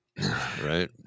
right